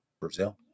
Brazil